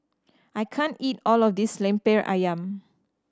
I can't eat all of this Lemper Ayam